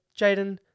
Jaden